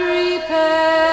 repair